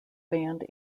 band